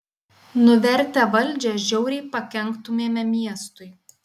nuvertę valdžią žiauriai pakenktumėme miestui